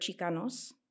Chicanos